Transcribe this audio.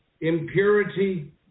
impurity